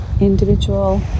individual